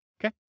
Okay